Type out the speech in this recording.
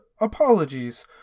apologies